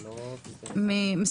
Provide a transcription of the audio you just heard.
בבקשה,